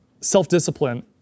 self-discipline